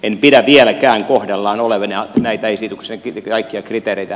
en pidä vieläkään kohdallaan olevina näitä esityksen kaikkia kriteereitä